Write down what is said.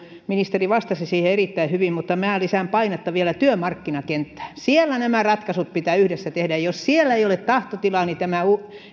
ministeri vastasi siihen erittäin hyvin mutta minä lisään painetta vielä työmarkkinakenttään siellä nämä ratkaisut pitää yhdessä tehdä jos siellä ei ole tahtotilaa niin tämä